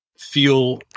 feel